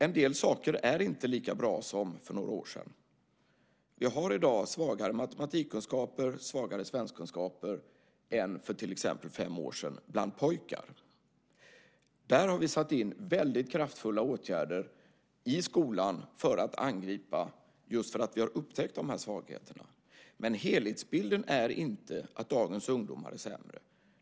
En del saker är inte lika bra som för några år sedan. Vi har i dag svagare matematikkunskaper och svagare svenskkunskaper än för till exempel fem år sedan bland pojkar. Just för att vi har upptäckt dessa svagheter har vi också satt in väldigt kraftfulla åtgärder i skolan för att angripa dem. Helhetsbilden är dock inte att dagens ungdomar är sämre.